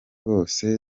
bose